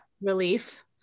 relief